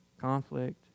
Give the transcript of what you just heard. conflict